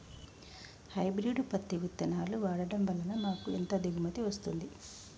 Hybrid పత్తి విత్తనాలు వాడడం వలన మాకు ఎంత దిగుమతి వస్తుంది?